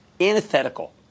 antithetical